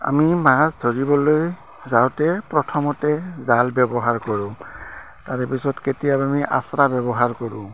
আমি মাছ ধৰিবলৈ যাওঁতে প্ৰথমতে জাল ব্যৱহাৰ কৰোঁ তাৰেপিছত কেতিয়াবা আমি আচৰা ব্যৱহাৰ কৰোঁ